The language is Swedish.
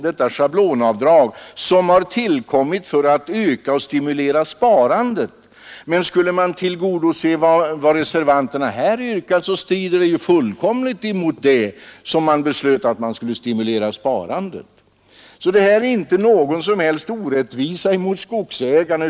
Det avdraget har tillkommit för att stimulera sparandet, men vad reservanterna yrkar strider ju fullkomligt mot syftet att stimulera sparandet. De gällande reglerna innebär alltså ingen som helst orättvisa gentemot skogsägarna.